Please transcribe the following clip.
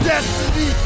Destiny